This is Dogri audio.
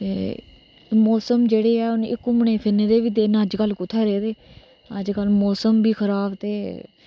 एह् मौसम जेहडे़ होने एह् घूमने फिरने दे बी दिन अजकल कुत्थै रेह् दे अजकल मौसम बी खराब ते